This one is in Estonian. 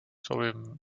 sobiv